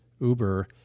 Uber